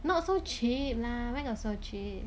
not so cheap lah where got so cheap